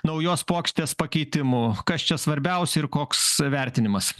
naujos puokštės pakeitimų kas čia svarbiausia ir koks vertinimas